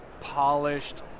polished